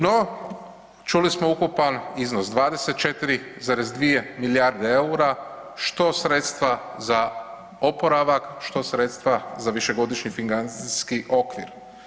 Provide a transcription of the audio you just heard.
No čuli smo ukupan iznos 24,2 milijarde eura što sredstva za oporavak, što sredstva za višegodišnji financijski okvir.